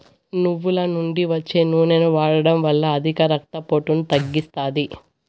నువ్వుల నుండి వచ్చే నూనె వాడడం వల్ల అధిక రక్త పోటును తగ్గిస్తాది